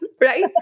right